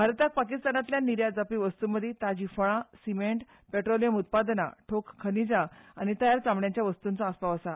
भारताक पाकिस्तानांतल्यान निर्यात जावपी वस्तू मदीं ताजीं फळां सिमेंट पेट्रोलियम उत्पादनां ठोक खनीजा आनी तयार चामड्यांच्या वस्तूंचो आसपाव आसा